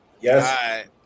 Yes